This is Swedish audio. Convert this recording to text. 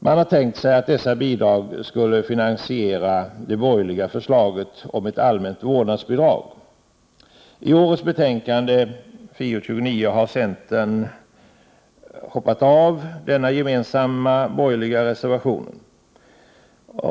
Man har tänkt sig att dessa bidrag skulle finansiera det borgerliga förslaget om ett allmänt vårdnadsbidrag. I årets betänkande — FiU29 — har centern hoppat av denna gemensamma borgerliga reservation.